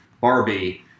Barbie